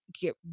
get